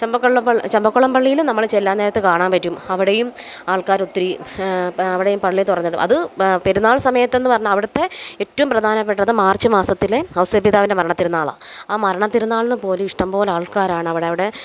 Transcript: ചെമ്പക്കള്ള പ ചെമ്പക്കുളം പള്ളിയിൽ നമ്മൾ ചെല്ലാൻ നേരത്ത് കാണാൻ പറ്റും അവിടെയും ആൾക്കാരൊത്തിരി അവിടെയും പള്ളി തുറന്നിടും അത് പെരുന്നാൾ സമയത്തെന്ന് പറഞ്ഞാൽ അവിടുത്തെ എറ്റോം പ്രധാനപ്പെട്ടത് മാർച്ച് മാസത്തിലെ ഔസേപ്പിതാവിൻ്റെ മരണ തിരുന്നാളാണ് ആ മരണ തിരുന്നാളിനു പോലും ഇഷ്ട്ടം പോലെ ആൾക്കാരാണ് അവിടവിടെ